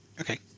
Okay